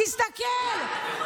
תסתכל,